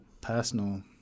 personal